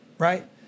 Right